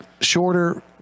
shorter